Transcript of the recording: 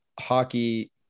hockey –